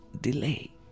delay